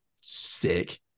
sick